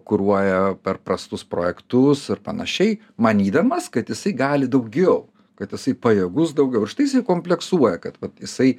kuruoja per prastus projektus ir panašiai manydamas kad jisai gali daugiau kad jisai pajėgus daugiau ir štai jisai kompleksuoja kad vat jisai